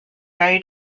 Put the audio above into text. very